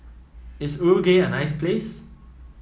is Uruguay a nice place